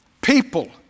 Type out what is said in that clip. People